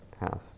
half